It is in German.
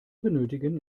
benötigen